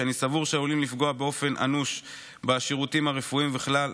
שאני סבור שעלול לפגוע באופן אנוש בשירותים הרפואיים בכלל,